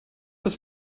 das